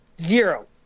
Zero